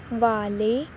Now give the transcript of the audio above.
ਵਾਲੇ